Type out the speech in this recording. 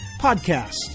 Podcast